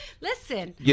Listen